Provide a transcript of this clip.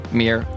meer